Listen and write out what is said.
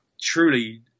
truly